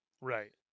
Right